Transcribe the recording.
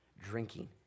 drinking